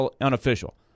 unofficial